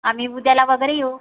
आम्ही उद्याला वगैरे येऊ